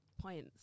Points